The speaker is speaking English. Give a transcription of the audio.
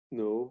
no